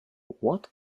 what